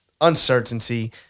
uncertainty